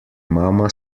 mama